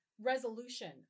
resolution